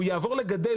הוא יעבור לגדל,